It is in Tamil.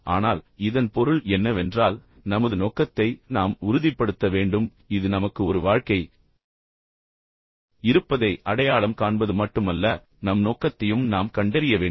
ஆனால் இதன் பொருள் என்னவென்றால் நமது நோக்கத்தை நாம் உறுதிப்படுத்த வேண்டும் இது நமக்கு ஒரு வாழ்க்கை இருப்பதை அடையாளம் காண்பது மட்டுமல்ல நம் நோக்கத்தையும் நாம் கண்டறிய வேண்டும்